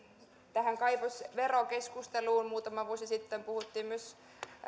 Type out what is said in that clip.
tähän kaivosverokeskusteluun muutama vuosi sitten puhuttiin myös